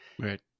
Right